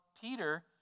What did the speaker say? Peter